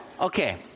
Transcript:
Okay